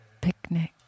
picnic